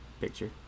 picture